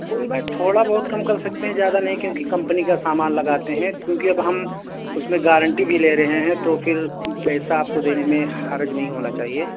کوئی بات تھوڑا بہت کم کر سکتے ہیں جیادہ نہیں کیونکہ کمپنی کا سامان لگاتے ہیں کیونکہ اب ہم اس میں گارنٹی بھی لے رہے ہیں تو پھر پیسہ آپ کو دینے میں حرج نہیں ہونا چاہیے